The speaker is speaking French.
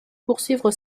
poursuivre